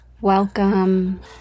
Welcome